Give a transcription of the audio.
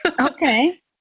Okay